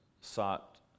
sought